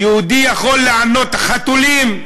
יהודי יכול לענות חתולים,